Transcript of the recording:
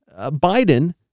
Biden